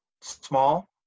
small